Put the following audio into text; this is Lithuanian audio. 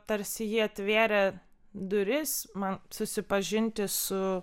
tarsi ji atvėrė duris man susipažinti su